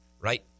right